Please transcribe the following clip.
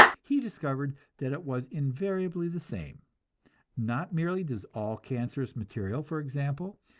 he discovered that it was invariably the same not merely does all cancerous material, for example,